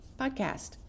podcast